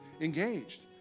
engaged